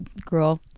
girl